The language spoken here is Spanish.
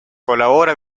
colabora